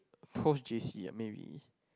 post J_C ah maybe